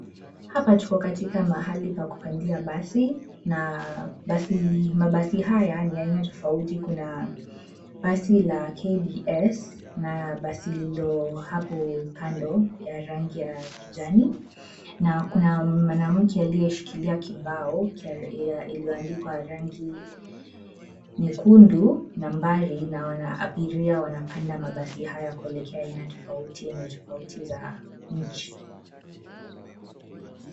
Hapa tuko katika pahali pa kupandia basi na mabasi haya ni ya aina tofauti kuna basi la KBS na basi lilo hapo kando ya rangi ya kijani na kuna mwanamke aliyeshikilia kibao iliyoandikwa na rangi nyekundu nambari. Naona abiria wanapanda mabasi haya kuelekea eneo tofauti za nchi.